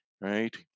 right